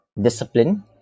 discipline